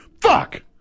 fuck